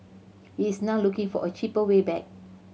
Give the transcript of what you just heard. he is now looking for a cheaper way back